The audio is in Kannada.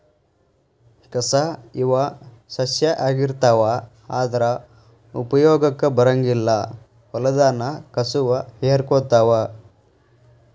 ಕಸಾ ಇವ ಸಸ್ಯಾ ಆಗಿರತಾವ ಆದರ ಉಪಯೋಗಕ್ಕ ಬರಂಗಿಲ್ಲಾ ಹೊಲದಾನ ಕಸುವ ಹೇರಕೊತಾವ